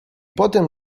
potem